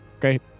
great